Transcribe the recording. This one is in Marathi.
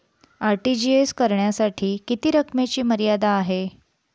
आर.टी.जी.एस करण्यासाठी किती रकमेची मर्यादा आहे?